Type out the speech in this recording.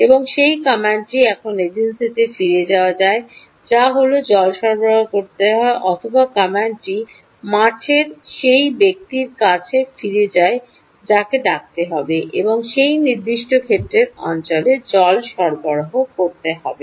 এবং সেই কমান্ডটি এখন এজেন্সিতে ফিরে যায় যা হয় হয় জল সরবরাহ করতে হয় অথবা কমান্ডটি মাঠের সেই ব্যক্তির কাছে ফিরে যায় যাকে ডাকতে হবে এবং সেই নির্দিষ্ট ক্ষেত্রের অঞ্চলে জল সরবরাহ করতে হবে